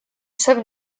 seven